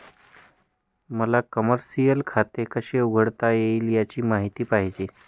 मला कमर्शिअल खाते कसे उघडायचे याची माहिती पाहिजे